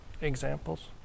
Examples